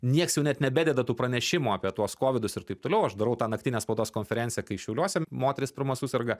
nieks jau net nebededa tų pranešimų apie tuos kovidus ir taip toliau o aš darau tą naktinę spaudos konferenciją kai šiauliuose moteris pirma suserga